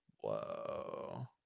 Whoa